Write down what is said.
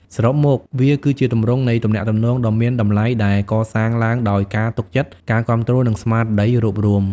សរុបមក វាគឺជាទម្រង់នៃទំនាក់ទំនងដ៏មានតម្លៃដែលកសាងឡើងដោយការទុកចិត្ត ការគាំទ្រ និងស្មារតីរួបរួម។